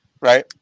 Right